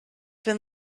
been